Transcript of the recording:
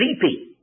sleepy